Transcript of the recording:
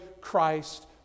Christ